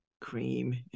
cream